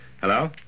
Hello